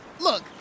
Look